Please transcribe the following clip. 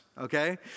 okay